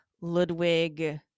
Ludwig